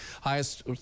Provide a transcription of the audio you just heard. Highest